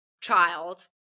child